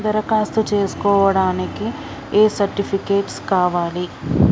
దరఖాస్తు చేస్కోవడానికి ఏ సర్టిఫికేట్స్ కావాలి?